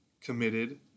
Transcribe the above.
committed